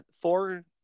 four